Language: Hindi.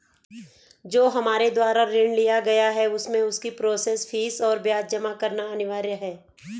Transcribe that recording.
जो हमारे द्वारा ऋण लिया गया है उसमें उसकी प्रोसेस फीस और ब्याज जमा करना अनिवार्य है?